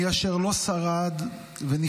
מי אשר לא שרד ונפטר,